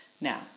Now